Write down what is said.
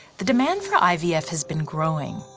the demand for ivf has been growing.